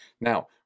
Now